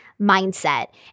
mindset